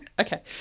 Okay